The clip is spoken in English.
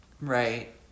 Right